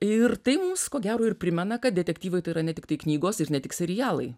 ir tai mums ko gero ir primena kad detektyvui tai yra ne tiktai knygos ir ne tik serialai